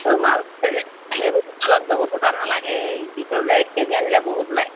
ৰুমাল সেইবোৰ ৰুমালত বহুত সূতা নেলাগে এই কি কয় বোলে এক কে জি আনিলে বহুত ওলায়